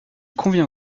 convient